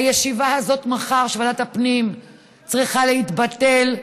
הישיבה הזאת של ועדת הפנים מחר צריכה להתבטל.